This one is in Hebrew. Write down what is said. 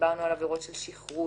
דיברנו על עבירות של שכרות,